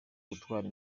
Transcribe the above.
gutwara